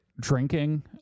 drinking